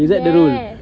yes